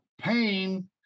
pain